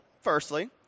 firstly